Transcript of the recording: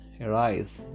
Arise